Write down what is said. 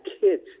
kids